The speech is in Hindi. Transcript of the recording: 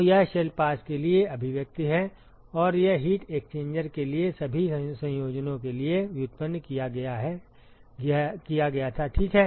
तो यह एक शेल पास के लिए अभिव्यक्ति है और यह हीट एक्सचेंजर के सभी संयोजनों के लिए व्युत्पन्न किया गया था ठीक है